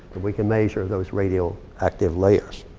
we can measure those radioactive layers.